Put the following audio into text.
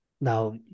now